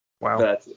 wow